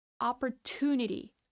Opportunity